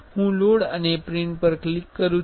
હું લોડ અને પ્રિન્ટ પર ક્લિક કરું છું